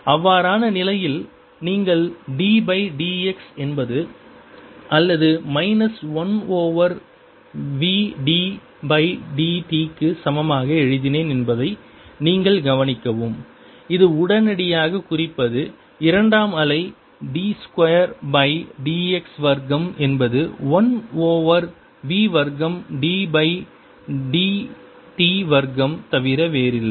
அவ்வாறான நிலையில் நீங்கள் d பை dx என்பது அல்லது minus 1 over v d by dt சமமாக எழுதினேன் என்பதை நீங்கள் கவனிக்கவும் இது உடனடியாக குறிப்பது இரண்டாம் அலை d 2 பை dx வர்க்கம் என்பது 1 ஓவர் v வர்க்கம் d பை dt வர்க்கம் தவிர வேறில்லை